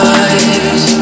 eyes